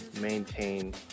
maintain